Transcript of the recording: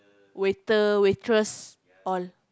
waiter waitress all